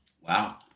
Wow